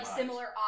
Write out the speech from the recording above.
similar